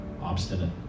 obstinate